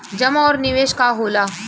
जमा और निवेश का होला?